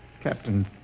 Captain